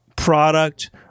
product